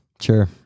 Sure